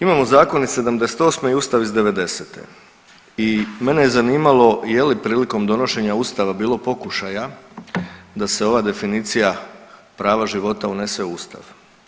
Imamo zakon iz '78. i ustav iz '90.-te i mene je zanimalo je li prilikom donošenja ustava bilo pokušaja da se ova definicija prava života unese u ustav.